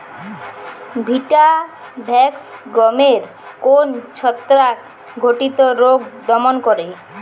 Vitavax গমের কোন ছত্রাক ঘটিত রোগ দমন করে?